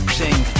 sing